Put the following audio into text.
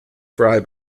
fry